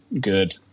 good